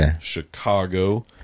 Chicago